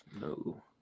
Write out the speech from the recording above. No